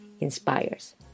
inspires